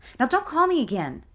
no don't call me again,